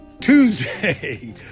Tuesday